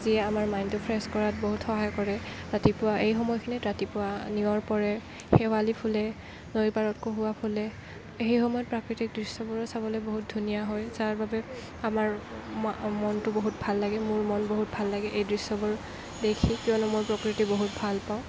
যিয়ে আমাৰ মাইণ্ডটো ফ্ৰেচ কৰাত বহুত সহায় কৰে ৰাতিপুৱা এই সময়খিনিত ৰাতিপুৱা নিয়ৰ পৰে শেৱালী ফুলে নৈৰ পাৰত কহুৱা ফুলে সেই সময়ত প্ৰাকৃতিক দৃশ্য়বোৰো চাবলৈ বহুত ধুনীয়া হয় যাৰ বাবে আমাৰ মমনটো বহুত ভাল লাগে মোৰ মন বহুত ভাল লাগে এই দৃশ্য়বোৰ দেখি কিয়নো মই প্ৰকৃতি বহুত ভালপাওঁ